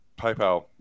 PayPal